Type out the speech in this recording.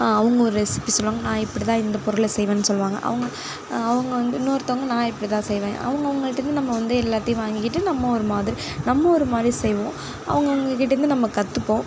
அவங்க ஒரு ரெசிபி சொல்லுவாங்க நான் இப்படிதான் இந்த பொருளை செய்வேன்னு சொல்லுவாங்க அவங்க அவங்க வந்து இன்னொருத்தவங்க நான் இப்படிதான் செய்வேன் அவங்கவுங்கள்டேந்து நம்ம வந்து எல்லாத்தையும் வாங்கிகிட்டு நம்ம ஒரு மாதிரி நம்ம ஒரு மாதிரி செய்வோம் அவங்கவுங்கள்கிட்டேந்து நம்ம கற்றுப்போம்